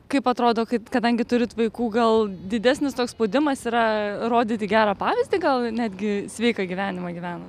kaip atrodo kad kadangi turit vaikų gal didesnis toks spaudimas yra rodyti gerą pavyzdį gal netgi sveiką gyvenimą gyvena